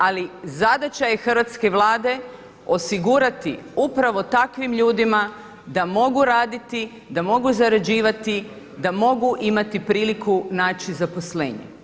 Ali zadaća je hrvatske Vlade osigurati upravo takvim ljudima da mogu raditi, da mogu zarađivati, da mogu imati priliku naći zaposlenje.